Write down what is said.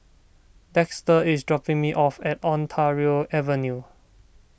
Dexter is dropping me off at Ontario Avenue